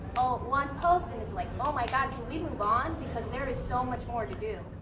oh, one post. and it's like, oh my god, can we move on because there is so much more to do.